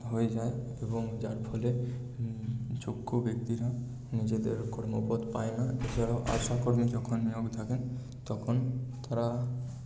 হয়ে যায় এবং যার ফলে যোগ্য ব্যক্তিরা নিজেদের কর্মপদ পায় না এছাড়াও আশাকর্মী যখন নিয়োগ থাকেন তখন তারা